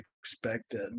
expected